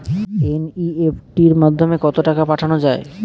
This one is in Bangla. এন.ই.এফ.টি মাধ্যমে কত টাকা পাঠানো যায়?